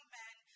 men